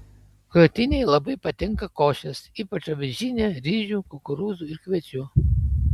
krūtinei labai patinka košės ypač avižinė ryžių kukurūzų ir kviečių